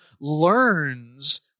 learns